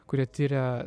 kurie tiria